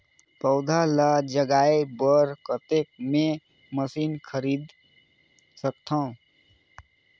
पौधा ल जगाय बर कतेक मे मशीन खरीद सकथव?